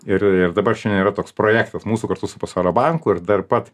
ir ir dabar šiandien yra toks projektas mūsų kartu su pasaulio banku ir dar pat